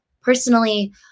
personally